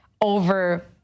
over